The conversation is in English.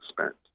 spent